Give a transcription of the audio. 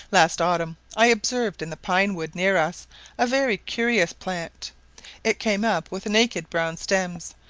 last autumn i observed in the pine-wood near us a very curious plant it came up with naked brown stems,